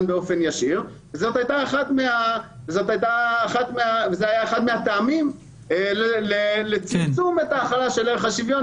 באופן ישיר והזה היה אחד מהטעמים לצמצום החלת ערך השוויון.